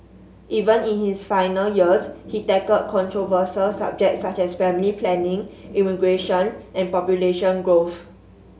even in his final years he tackled controversial subjects such as family planning immigration and population growth